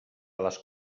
les